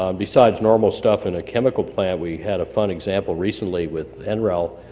um besides normal stuff in a chemical plant we had a fun example recently with and nrel